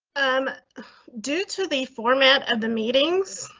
i'm due to the format of the meetings.